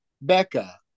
becca